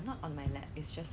ask 你 to stay lor